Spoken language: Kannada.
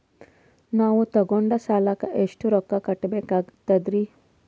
ನಾವು ತೊಗೊಂಡ ಸಾಲಕ್ಕ ಎಷ್ಟು ರೊಕ್ಕ ಕಟ್ಟಬೇಕಾಗ್ತದ್ರೀ?